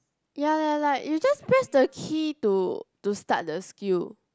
ya like like you just press the key to to start the skill